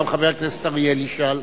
גם חבר הכנסת אריאל ישאל.